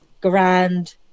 grand